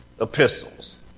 epistles